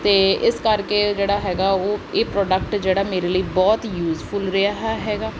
ਅਤੇ ਇਸ ਕਰਕੇ ਜਿਹੜਾ ਹੈਗਾ ਉਹ ਇਹ ਪ੍ਰੋਡਕਟ ਜਿਹੜਾ ਮੇਰੇ ਲਈ ਬਹੁਤ ਯੂਜਫੁੱਲ ਰਿਹਾ ਹੈ ਹੈਗਾ